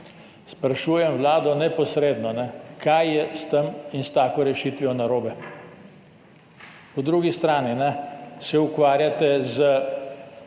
Sprašujem Vlado neposredno: kaj je s tem in s tako rešitvijo narobe? Po drugi strani se ukvarjate z